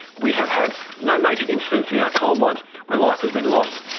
we have had no major incidents in our coal mines where life has been lost,